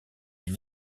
une